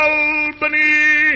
Albany